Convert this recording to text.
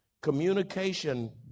Communication